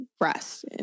rest